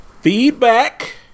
Feedback